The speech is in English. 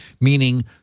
meaning